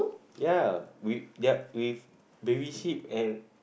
ya we ya we babysit and